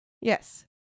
Yes